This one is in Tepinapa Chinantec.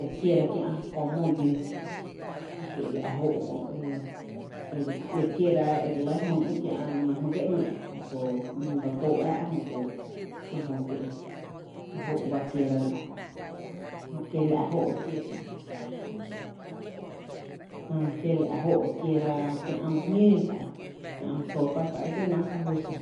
ere kiéra kiä’ kö mó lloo kiela’ jó kö’ ere kiera erelɇ jmý’ kiä’na jmý’ kie ‘nyy’ jöto da tóó’ ä, jöto kie jö kie’ jóó’ ba re kiera la’ kö, kiela’ jóó re kiera, jää kiela’ jóó’ re kiera kiä’ mý jñóó kö’, kiä’ my sopa ta é kie’ náá’ ka fy xa.